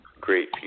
great